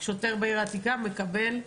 שוטר בעיר העתיקה מקבל -- בקיצור,